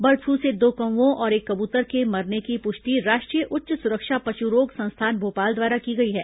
bird flu से दो कौवों और एक कबूतर के मरने की पुष्टि राष्ट्रीय उच्च सुरक्षा पशुरोग संस्थान भोपाल द्वारा की गई है